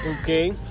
Okay